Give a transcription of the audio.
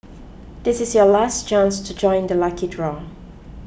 this is your last chance to join the lucky draw